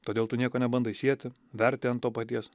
todėl tu nieko nebandai sieti verti ant to paties